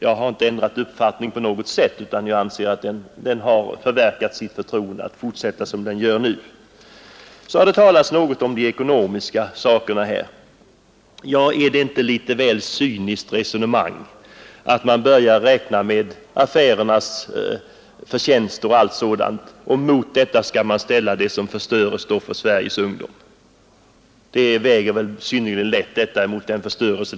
Jag har inte ändrat uppfattning på något sätt utan anser att bryggeriindustrin har förverkat förtroendet att få fortsätta som den gör nu. Så har det talats något om den ekonomiska sidan. Är det inte ett cyniskt resonemang att tala om affärernas förtjänster och mot dem ställa det som förstöres för Sveriges ungdom? Ekonomiska ting väger synnerligen lätt mot denna förstörelse.